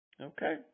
Okay